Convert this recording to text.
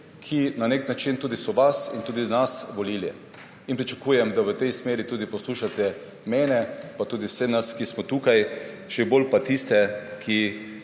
so na nek način tudi vas in tudi nas volili. Pričakujem, da v tej smeri poslušate mene pa tudi vse nas, ki smo tukaj, še bolj pa tiste, ki